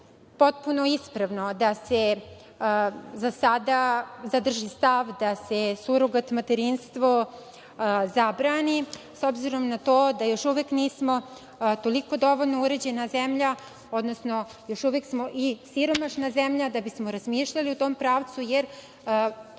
potpuno ispravno da se za sada zadrži stav da se surogat materinstvo zabrani, s obzirom na to da još uvek nismo toliko dovoljno uređena zemlja, odnosno još uvek smo siromašna zemlja da bismo razmišljali u tom pravcu, jer